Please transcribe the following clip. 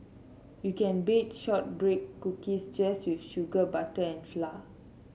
you can bake shortbread cookies just with sugar butter and flour